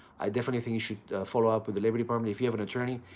i definitely think you should follow up with the labor department. if you have an attorney,